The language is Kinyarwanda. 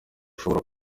ushobora